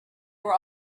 were